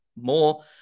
more